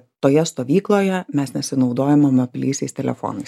toje stovykloje mes nesinaudojame mobiliaisiais telefonais